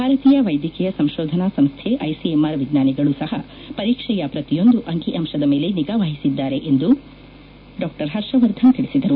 ಭಾರತೀಯ ವೈದ್ಯಕೀಯ ಸಂಶೋಧನಾ ಸಂಸ್ಥೆ ಐಸಿಎಂಆರ್ ವಿಜ್ಞಾನಿಗಳು ಸಹ ಪರೀಕ್ಷೆಯ ಪ್ರತಿಯೊಂದು ಅಂಕಿ ಅಂಶದ ಮೇಲೆ ನಿಗಾ ವಹಿಸಿದ್ದಾರೆ ಎಂದು ಡಾ ಹರ್ಷವರ್ಧನ ತಿಳಿಸಿದರು